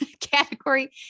category